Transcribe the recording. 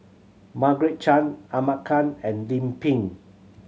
Margaret Chan Ahmad Khan and Lim Pin